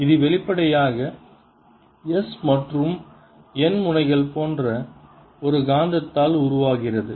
இது வெளிப்படையாக S மற்றும் N முனைகள் போன்ற ஒரு காந்தத்தால் உருவாகிறது